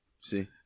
See